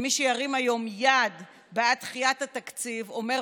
מי שירים היום יד בעד דחיית התקציב בעצם